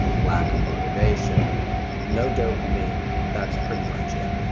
lack of motivation no dopamine that's pretty much it.